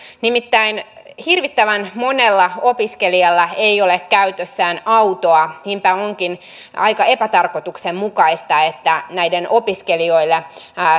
nimittäin hirvittävän monella opiskelijalla ei ole käytössään autoa niinpä onkin aika epätarkoituksenmukaista että näiden opiskelijoille